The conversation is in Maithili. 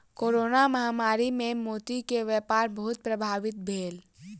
कोरोना महामारी मे मोती के व्यापार बहुत प्रभावित भेल